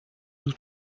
nous